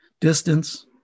distance